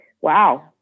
Wow